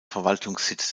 verwaltungssitz